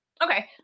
Okay